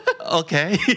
Okay